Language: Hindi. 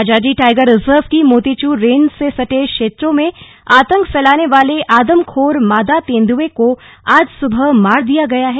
राजाजी टाइगर रिजर्व की मोतीचूर रेंज से सटे क्षेत्रों में आतंक फैलाने वाले आदमखोर मादा तेंद्ए का आज सुबह मार दिया गया है